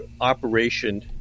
operation